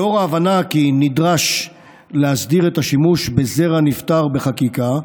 מאחר שההבנה היא כי נדרש להסדיר את השימוש בזרע נפטר בחקיקה,